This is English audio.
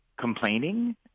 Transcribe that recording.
complaining